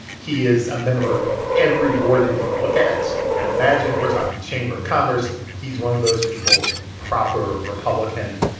he is a member of every board you can look at and imagine. we're talking chamber of commerce. he's one of those people, proper republican.